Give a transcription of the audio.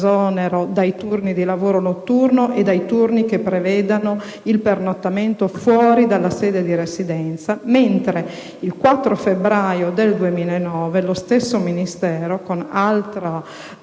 dai turni di lavoro notturno e dai turni che prevedano il pernottamento fuori dalla sede di residenza; mentre il 4 febbraio del 2009 lo stesso Ministero, con altra risposta